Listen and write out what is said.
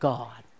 God